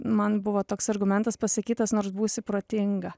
man buvo toks argumentas pasakytas nors būsi protinga